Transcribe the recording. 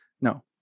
No